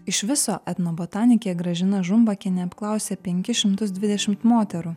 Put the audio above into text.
iš viso etnobotanikė gražina žumbakienė apklausė penkis šimtus dvidešimt moterų